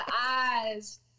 eyes